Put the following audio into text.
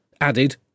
added